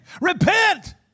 Repent